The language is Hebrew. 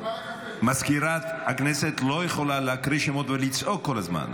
סגנית מזכיר הכנסת לא יכולה להקריא שמות ולצעוק כל הזמן,